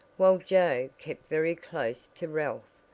while joe kept very close to ralph,